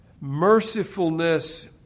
mercifulness